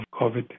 COVID